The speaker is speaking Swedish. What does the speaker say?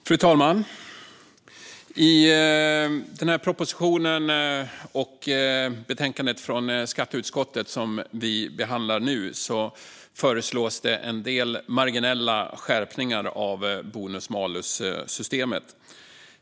Fru talman! I propositionen och betänkandet som vi behandlar nu föreslås en del marginella skärpningar av bonus malus-systemet.